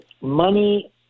money